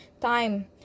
Time